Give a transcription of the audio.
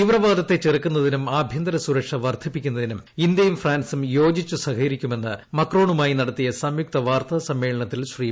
തീവ്രവാദത്തെ ചെറുക്കുന്നതിനും ആഭ്യന്തര സുരക്ഷ വർദ്ധിപ്പിക്കുന്നതിനും ഇന്ത്യയും ഫ്രാൻസും യോജിച്ചു സഹകരിക്കുമെന്ന് മക്രോണുമായി നടത്തിയ സംയുക്ത വാർത്താസമ്മേളനത്തിൽ ശ്രീ